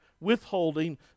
withholding